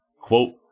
Quote